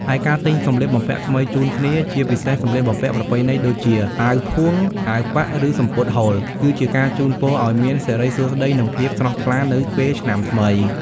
ឯការទិញសម្លៀកបំពាក់ថ្មីជូនគ្នា ជាពិសេសសម្លៀកបំពាក់ប្រពៃណីដូចជា អាវផួង អាវប៉ាក់ ឬសំពត់ហូល គឺជាការជូនពរឱ្យមានសិរីសួស្តី និងភាពស្រស់ថ្លានៅពេលឆ្នាំថ្មី។